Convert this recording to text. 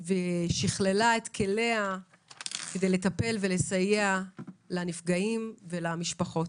ושכללה את כליה כדי לטפל ולסייע לנפגעים ולמשפחות.